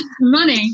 money